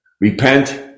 Repent